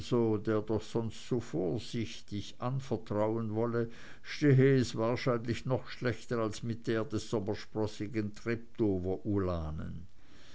der doch sonst so vorsichtig anvertrauen wolle stehe es wahrscheinlich noch schlechter als mit der des sommersprossigen